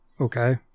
okay